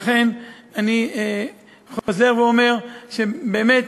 לכן אני חוזר ואומר שבאמת,